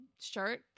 shirt